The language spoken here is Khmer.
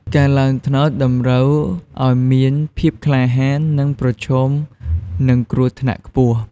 ការឡើងត្នោតតម្រូវឲ្យមានភាពក្លាហាន និងប្រឈមនឹងគ្រោះថ្នាក់ខ្ពស់។